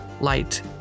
light